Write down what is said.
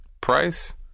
price